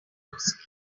closely